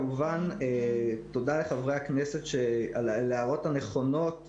תודה לחברי הכנסת על ההערות הנכונות,